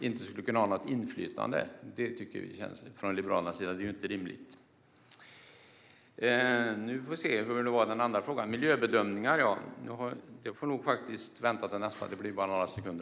Men vi från Liberalerna tycker inte att det är rimligt att kommunerna inte skulle kunna ha något inflytande. Den andra frågan om miljöbedömningar får jag besvara i nästa replik.